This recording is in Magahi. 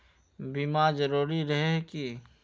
बीमा जरूरी रहे है की?